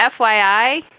FYI